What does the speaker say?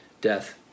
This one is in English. death